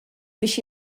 biex